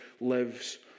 lives